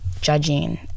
judging